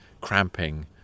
cramping